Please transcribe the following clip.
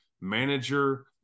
manager